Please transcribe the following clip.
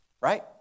right